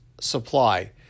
supply